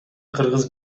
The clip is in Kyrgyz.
кыргыз